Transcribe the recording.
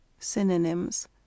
Synonyms